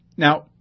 Now